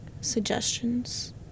suggestions